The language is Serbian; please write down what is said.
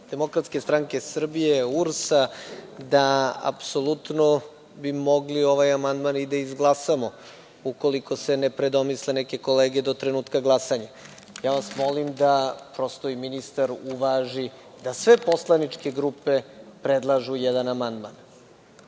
grupa SNS, PUPS, DSS i URS, apsolutno bi mogli ovaj amandman i da izglasamo, ukoliko se ne predomisle neke kolege do trenutka glasanja. Molim vas da prosto i ministar uvaži da sve poslaničke grupe predlažu jedan amandman.